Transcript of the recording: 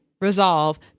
resolve